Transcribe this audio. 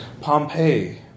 Pompeii